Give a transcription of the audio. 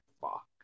Fuck